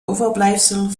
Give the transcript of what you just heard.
overblijfsel